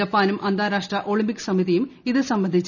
ജപ്പാനും അന്താരാഷ്ട്ര ഒളിമ്പിക് സമിതിയും ഇത് സംബന്ധിച്ച